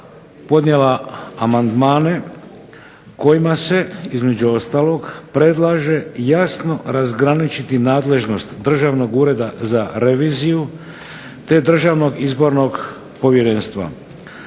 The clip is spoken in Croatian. podnijela amandmane kojima se predlaže jasno razgraničiti nadležnost Državnog ureda za reviziju, te Državnog izbornog povjerenstva.